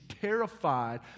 terrified